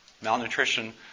malnutrition